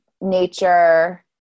nature